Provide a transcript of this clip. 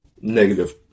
negative